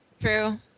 True